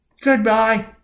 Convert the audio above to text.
Goodbye